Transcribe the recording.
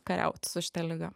kariaut su šita liga